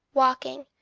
walking,